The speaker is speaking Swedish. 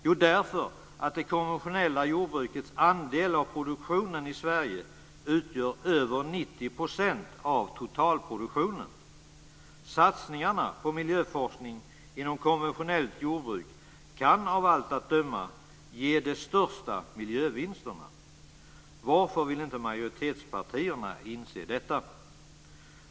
Jo, därför att det konventionella jordbrukets andel av produktionen i Sverige utgör över 90 % av totalproduktionen. Satsningarna på miljöforskning inom konventionellt jordbruk kan av allt att döma ge de största miljövinsterna. Varför vill inte majoritetspartierna inse detta?